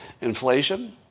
Inflation